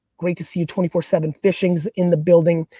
great to see. twenty four seven fishings in the building.